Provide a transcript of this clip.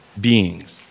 beings